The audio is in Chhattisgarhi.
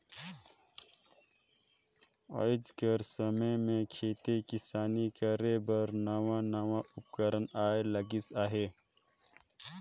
आएज कर समे में खेती किसानी करे बर नावा नावा उपकरन आए लगिन अहें